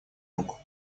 руку